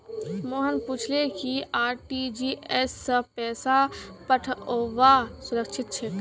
मोहन पूछले कि आर.टी.जी.एस स पैसा पठऔव्वा सुरक्षित छेक